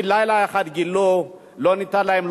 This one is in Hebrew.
בן-לילה גילו: לא ניתנו להם,